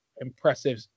impressive